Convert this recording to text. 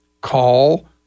call